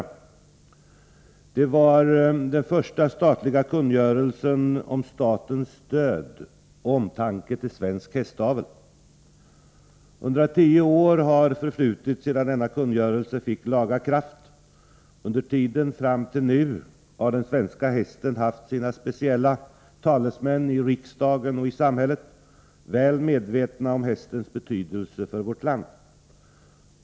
Den var den första statliga kungörelsen o'n statens stöd till och omtanke om svensk hästavel. 110 år har förflutit sedan denna kungörelse vann laga kraft. Under tiden fram till nu har den svenska hästen haft sina speciella talesmän i riksdagen och i samhället, väl medvetna om hästens betydelse för vårt land.